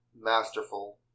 masterful